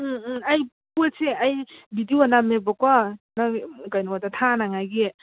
ꯎꯝ ꯎꯝ ꯑꯩ ꯄꯣꯠꯁꯦ ꯑꯩ ꯕꯤꯗꯤꯑꯣ ꯅꯝꯃꯦꯕꯀꯣ ꯅꯪ ꯀꯩꯅꯣꯗ ꯊꯥꯅꯉꯥꯏꯒꯤ